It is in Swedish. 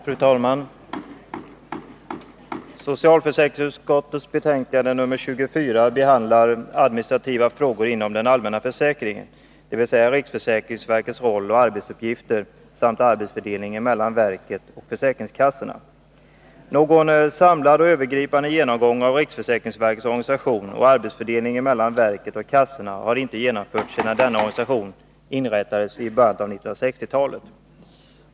Fru talman! Socialförsäkringsutskottets betänkande 24 behandlar administrativa frågor inom den allmänna försäkringen, dvs. riksförsäkringsver kets roll och arbetsuppgifter samt arbetsfördelningen mellan verket och försäkringskassorna. Någon samlad och övergripande genomgång av riksförsäkringsverkets 49 organisation och arbetsfördelningen mellan verket och kassorna har inte genomförts sedan denna organisation inrättades i början av 1960-talet.